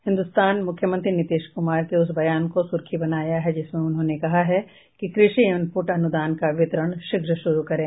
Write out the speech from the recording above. हिन्दुस्तान मुख्यमंत्री नीतीश कुमार के उस बयान को सुर्खी बनाया है जिसमें उन्होंने कहा है कि कृषि इनपुट अनुदान का वितरण शीघ्र शुरू करें